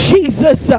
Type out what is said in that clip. Jesus